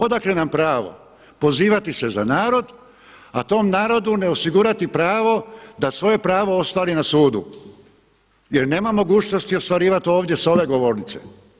Odakle nam pravo pozivati se za narod a tom narodu ne osigurati pravo da svoje pravo ostvari na sudu jer nema mogućnosti ostvarivati ovdje s ove govornice?